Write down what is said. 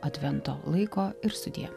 advento laiko ir sudie